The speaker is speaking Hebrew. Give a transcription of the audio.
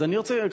אני רוצה,